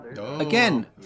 Again